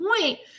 point